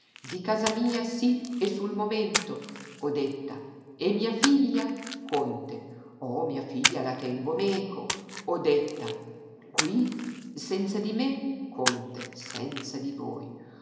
di casa mia sí e sul momento odetta e mia figlia conte oh mia figlia la tengo meco odetta qui senza di me conte senza di voi